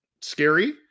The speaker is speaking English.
scary